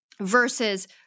versus